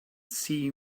see